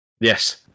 Yes